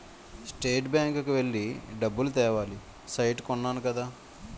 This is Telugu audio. స్టేట్ బ్యాంకు కి వెళ్లి డబ్బులు తేవాలి సైట్ కొన్నాను కదా